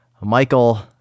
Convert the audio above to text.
Michael